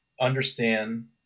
understand